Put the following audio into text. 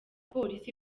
polisi